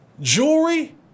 jewelry